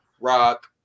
Rock